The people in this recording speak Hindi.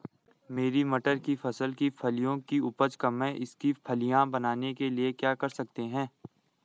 मेरी मटर की फसल की फलियों की उपज कम है इसके फलियां बनने के लिए क्या कर सकते हैं?